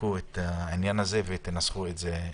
תבדקו את זה ותנסחו את זה.